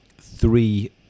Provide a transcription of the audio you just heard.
three